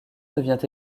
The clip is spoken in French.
devient